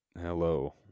hello